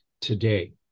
today